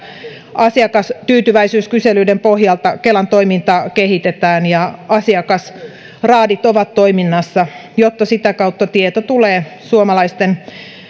asiakastyytyväisyyskyselyiden pohjalta kelan toimintaa kehitetään ja asiakasraadit ovat toiminnassa jotta sitä kautta tieto tulee suomalaisten